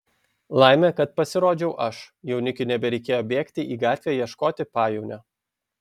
laimė kad pasirodžiau aš jaunikiui nebereikėjo bėgti į gatvę ieškoti pajaunio